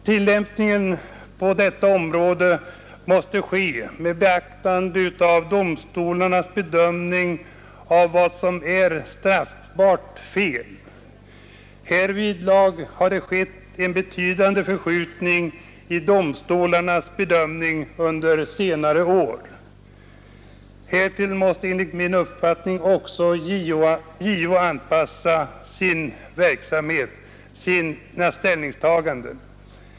Vid tillämpningen av bestämmelserna på detta område måste beaktas vad domstolarna bedömer som ett straffbart fel. Härvidlag har under senare år en betydande förskjutning skett i domstolarnas bedömning. Härtill måste enligt min uppfattning också JO anpassa sina ställningstaganden.